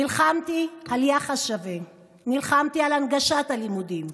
נלחמתי על יחס שווה, נלחמתי על הנגשת הלימודים,